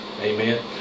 Amen